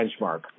benchmark